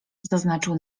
zaznaczył